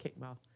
kickball